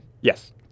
Yes